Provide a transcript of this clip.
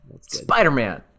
spider-man